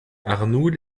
arnoul